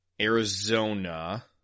Arizona